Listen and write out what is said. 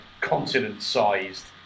continent-sized